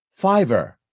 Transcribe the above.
Fiverr